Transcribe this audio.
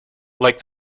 like